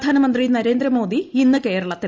പ്രധാനമന്ത്രി നരേന്ദ്രിമോദി ഇന്ന് കേരളത്തിൽ